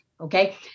Okay